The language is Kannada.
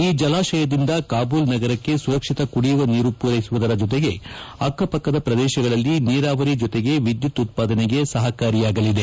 ಈ ಜಲಾಶಯದಿಂದ ಕಾಬೂಲ್ ನಗರಕ್ಕೆ ಸುರಕ್ಷಿತ ಕುಡಿಯುವ ನೀರು ಮೂರೈಸುವುದರ ಜೊತೆಗೆ ಅಕ್ಷಪಕ್ಕದ ಪ್ರದೇಶಗಳಲ್ಲಿ ನೀರಾವರಿ ಜೊತೆಗೆ ವಿದ್ಯುತ್ ಉತ್ಪಾದನೆ ಮಾಡಲು ಸಪಕಾರಿಯಾಗಲಿದೆ